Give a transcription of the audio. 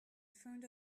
front